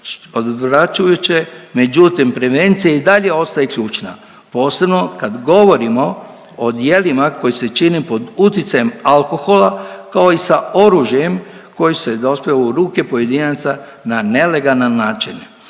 odvraćujuće, međutim, prevencija i dalje ostaje ključna, posebno kad govorimo o djelima koji se čine pod utjecajem alkohola, kao i sa oružjem koji su dospjeli u ruke pojedinaca na nelegalan način.